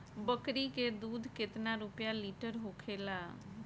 बकड़ी के दूध केतना रुपया लीटर होखेला?